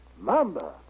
Mamba